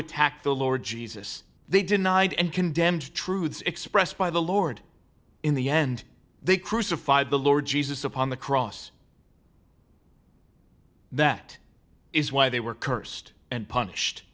attack the lord jesus they denied and condemned truths expressed by the lord in the end they crucified the lord jesus upon the cross that is why they were cursed and punished